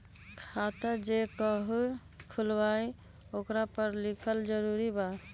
खाता जे केहु खुलवाई ओकरा परल लिखल जरूरी वा?